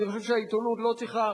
אני חושב שהעיתונות לא צריכה,